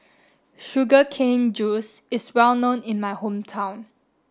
sugar cane juice is well known in my hometown